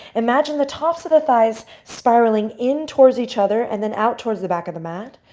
imagine the tops of the thighs spiraling in towards each other, and then out towards the back of the mat.